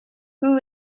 who